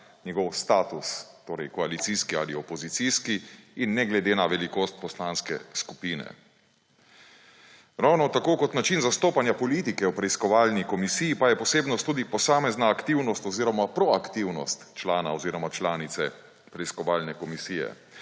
njegov status, torej koalicijski ali opozicijski, in ne glede na velikost poslanske skupine. Ravno tako kot način zastopanja politike v preiskovalni komisiji pa je posebnost tudi posamezna aktivnost oziroma proaktivnost člana oziroma članice preiskovalne komisije.